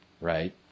right